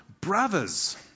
brothers